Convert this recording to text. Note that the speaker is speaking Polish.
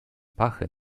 pachy